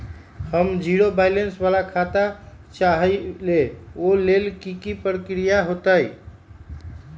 हम zero balance वाला खाता चाहइले वो लेल की की प्रक्रिया होतई?